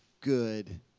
good